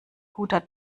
guter